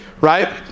right